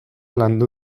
landu